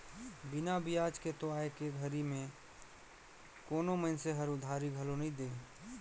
बिना बियाज के तो आयके घरी में कोनो मइनसे हर उधारी घलो नइ दे